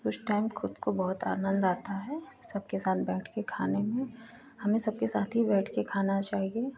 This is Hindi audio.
कुछ टाइम खुद को बहुत आनन्द आता है सबके साथ बैठकर खाने में हमें सबके साथ ही बैठकर खाना चाहिए